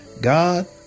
God